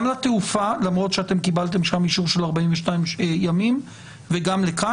לתעופה למרות ששם קיבלתם אישור של 42 ימים וגם לכאן.